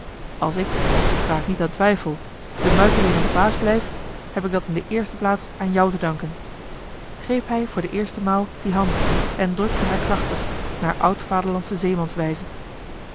als ik waar ik niet aan twijfel de muitelingen de baas blijf heb ik dat in de eerste plaats aan jou te danken greep hij voor de eerste maal die hand en drukte haar krachtig naar